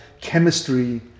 chemistry